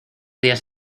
días